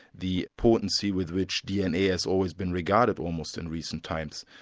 the potency with which dna has always been regarded almost in recent times.